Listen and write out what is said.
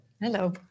Hello